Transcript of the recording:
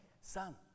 son